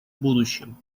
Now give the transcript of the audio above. будущем